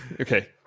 Okay